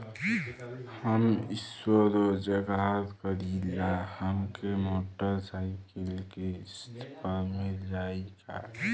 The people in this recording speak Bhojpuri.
हम स्वरोजगार करीला हमके मोटर साईकिल किस्त पर मिल जाई का?